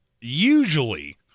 Usually